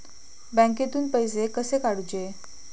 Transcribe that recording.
बँकेतून पैसे कसे काढूचे?